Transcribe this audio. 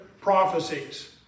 prophecies